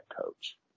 coach